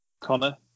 Connor